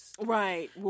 right